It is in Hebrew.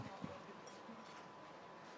אפילו